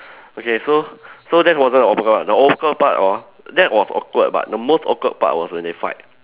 okay so so that wasn't the awkward part the awkward part orh that was awkward but the most awkward part was when they fight